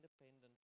independent